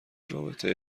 رابطه